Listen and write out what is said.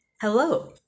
Hello